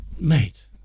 mate